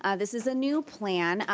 ah this is a new plan,